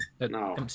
No